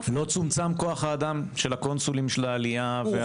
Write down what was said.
האם כוח האדם של הקונסולים של העלייה לא צומצם?